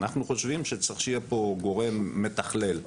אנחנו חושבים שצריך שיהיה פה גורם מתכלל.